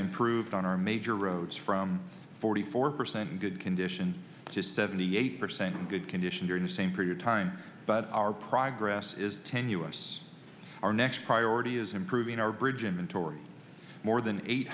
improved on our major roads from forty four percent in good condition to seventy eight percent in good condition during the same for your time but our progress is tenuous our next priority is improving our bridge in mentor more than eight